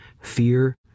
fear